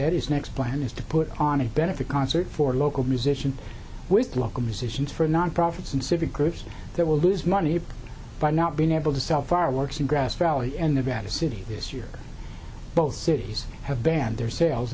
his next plan is to put on a benefit concert for local musicians with local musicians for non profits and civic groups that will lose money by not being able to sell fireworks in grass valley and nevada city this year both cities have banned their sales